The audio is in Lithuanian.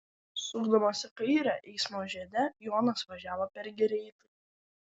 sukdamas į kairę eismo žiede jonas važiavo per greitai